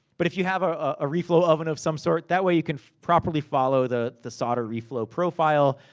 but if you have a ah reflow oven of some sort, that way you can properly follow the the solder reflow profile.